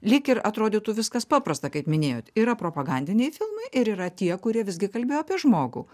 lyg ir atrodytų viskas paprasta kaip minėjot yra propagandiniai filmai ir yra tie kurie visgi kalbėjo apie žmogų